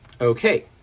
Okay